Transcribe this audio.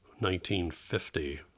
1950